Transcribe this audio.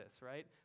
right